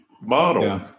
model